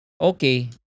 okay